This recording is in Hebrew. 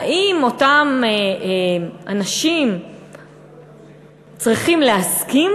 האם אותם אנשים צריכים להסכים